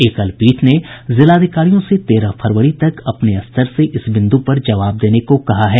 एकल पीठ ने जिलाधिकारियों से तेरह फरवरी तक अपने स्तर से इस बिंदु पर जवाब देने को कहा है